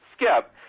Skip